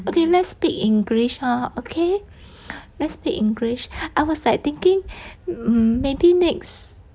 okay let's speak english ah okay let's speak english I was like thinking maybe next